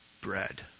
bread